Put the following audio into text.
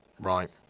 Right